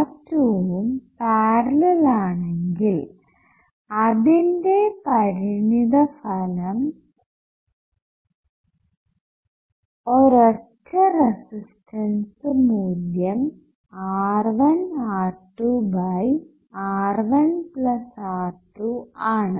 R2ഉം parallel ആണെങ്കിൽ അതിന്റെ പരിണതഫലം ഒരൊറ്റ റെസിസ്റ്റൻസ് മൂല്യം R1 R2 R1R2 ആണ്